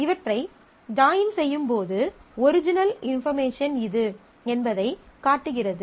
இவற்றை ஜாயின் செய்யும் போது ஒரிஜினல் இன்பார்மேஷன் இது என்பதைக் காட்டுகிறது